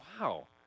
Wow